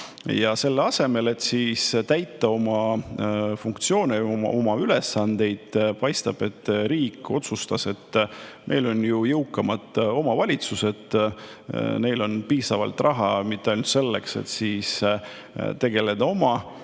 Selle asemel, et täita oma funktsioone, oma ülesandeid, paistab, et riik otsustas: meil on ju jõukamad omavalitsused, neil on piisavalt raha, mitte ainult selleks, et tegeleda oma